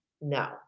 no